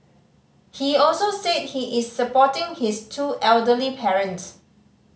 he also said he is supporting his two elderly parents